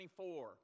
24